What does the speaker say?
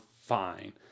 fine